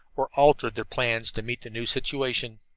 or altered their plans to meet the new situation.